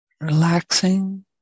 relaxing